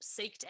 seeked